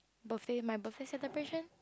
birthday my birthday celebration